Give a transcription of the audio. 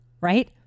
right